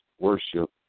worship